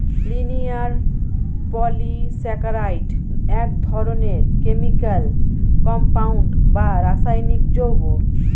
linear polysaccharide এক ধরনের chemical compound বা রাসায়নিক যৌগ